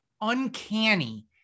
uncanny